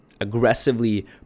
aggressively